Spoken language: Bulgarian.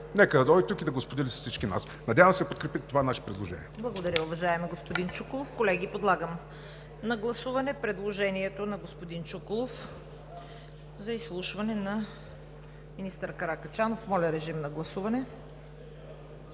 Нека да дойде тук и да го сподели с всички нас. Надявам се да подкрепите това наше предложение.